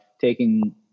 taking